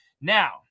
Now